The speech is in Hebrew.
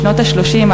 בשנות ה-30,